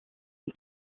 une